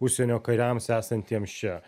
užsienio kariams esantiems čia